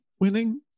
winning